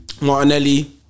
Martinelli